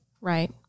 Right